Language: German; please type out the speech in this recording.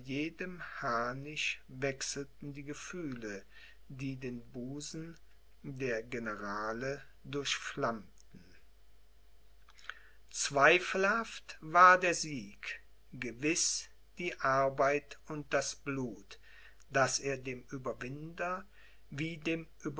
jedem harnische wechselten die gefühle die den busen der generale durchflammten zweifelhaft war der sieg gewiß die arbeit und das blut das er dem ueberwinder wie dem